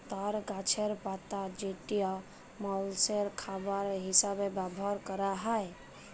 তর গাছের পাতা যেটা মালষের খাবার হিসেবে ব্যবহার ক্যরা হ্যয়